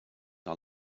are